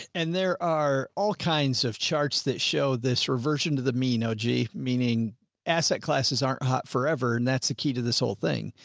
and there are all kinds of charts that show this reversion to the mean oji, meaning asset classes, aren't hot forever. and that's the key to this whole thing.